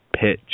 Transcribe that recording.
pitch